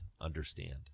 understand